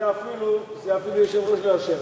זה, אפילו היושב-ראש לא יאשר לך.